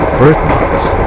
birthmarks